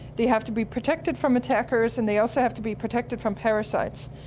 they have to be protected from attackers and they also have to be protected from parasites.